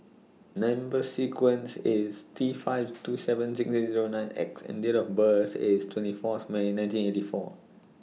Number sequence IS T five two seven six eight Zero nine X and Date of birth IS twenty four May nineteen eighty four